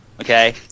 Okay